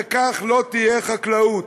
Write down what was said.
וכך לא תהיה חקלאות.